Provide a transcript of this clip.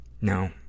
No